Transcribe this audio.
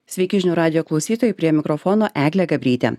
sveiki žinių radijo klausytojai prie mikrofono eglė gabrytė